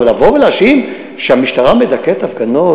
אבל לבוא ולהאשים שהמשטרה מדכאת הפגנות,